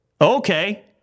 Okay